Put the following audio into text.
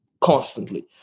constantly